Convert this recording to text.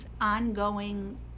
ongoing